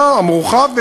מורחב,